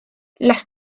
las